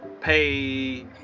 pay